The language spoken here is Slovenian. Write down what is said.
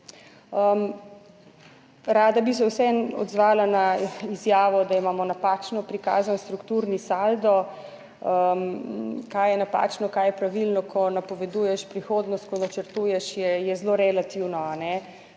Rada bi se vseeno odzvala na izjavo, da imamo napačno prikazan strukturni saldo: kaj je napačno, kaj je pravilno, ko napoveduješ prihodnost, ko načrtuješ, je zelo relativno.